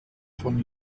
von